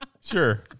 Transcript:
Sure